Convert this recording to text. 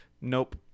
Nope